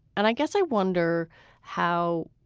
and i guess i wonder how.